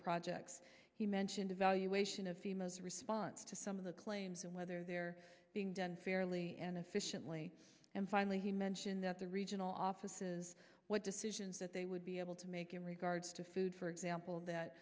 projects he mentioned evaluation of the most response to some of the claims and whether they're being done fairly and efficiently and finally he mentioned that the regional offices what decisions that they would be able to make in regards to food for example that